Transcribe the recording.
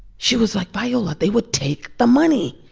she was, like, viola, they would take the money.